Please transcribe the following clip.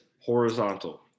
horizontal